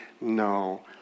No